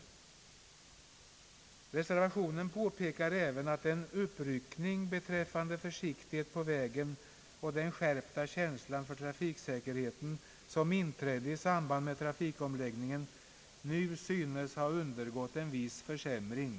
I reservationen framhålles att den uppryckning beträffande försiktighet på vägen i allmänhet och den skärpta känsla för trafiksäkerheten som inträdde i samband med trafikomläggningen redan nu synes ha undergått en viss försämring.